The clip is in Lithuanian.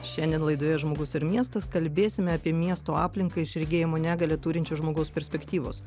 šiandien laidoje žmogus ir miestas kalbėsime apie miesto aplinkai iš regėjimo negalią turinčio žmogaus perspektyvos